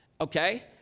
Okay